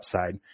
upside